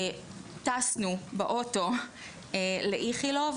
טסנו באוטו לאיכילוב,